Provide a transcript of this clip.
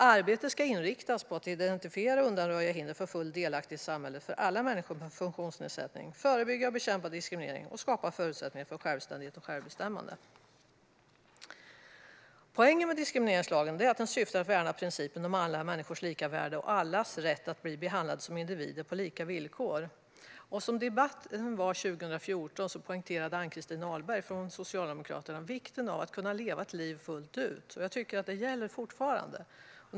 Arbetet ska inriktas på att identifiera och undanröja hinder för full delaktighet i samhället för alla människor med funktionsnedsättning, förebygga och bekämpa diskriminering och skapa förutsättningar för självständighet och självbestämmande. Poängen med diskrimineringslagen är att värna principen om alla människors lika värde och allas rätt att bli behandlade som individer på lika villkor. I debatten 2014 poängterade Ann-Christin Ahlberg från Socialdemokraterna vikten av att kunna leva sitt liv fullt ut. Jag tycker att det fortfarande gäller.